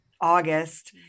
August